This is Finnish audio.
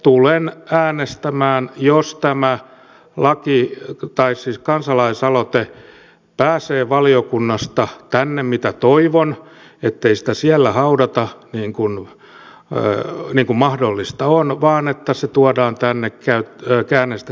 tulen äänestämään jos tämä kansalaisaloite pääsee valiokunnasta tänne toivon ettei sitä siellä haudata niin kuin mahdollista on vaan että se tuodaan tänne käy käynnisti